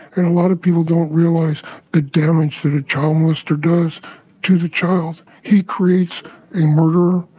and a lot of people don't realize the damage that a child molester does to the child. he creates a murder.